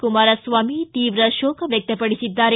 ಕುಮಾರಸ್ವಾಮಿ ತೀವ್ರ ಶೋಕ ವ್ಯಕ್ತಪಡಿಸಿದ್ದಾರೆ